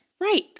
Right